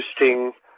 interesting